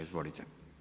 Izvolite.